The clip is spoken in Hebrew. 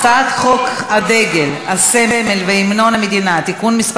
הצעת חוק הדגל, הסמל והמנון המדינה (תיקון מס'